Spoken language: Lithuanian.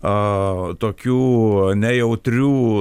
aa tokių nejautrių